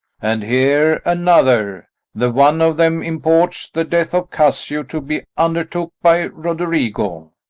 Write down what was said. and here another the one of them imports the death of cassio to be undertook by roderigo.